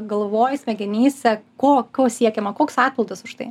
galvoj smegenyse ko ko siekiama koks atpildas už tai